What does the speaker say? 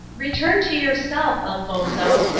return to yourself, elfonzo,